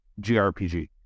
GRPG